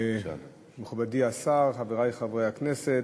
מכובדי השר, חברי חברי הכנסת,